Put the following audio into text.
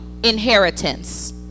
inheritance